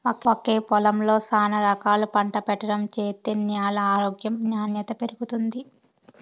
ఒకే పొలంలో శానా రకాలు పంట పెట్టడం చేత్తే న్యాల ఆరోగ్యం నాణ్యత పెరుగుతుంది